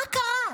מה קרה?